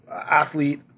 athlete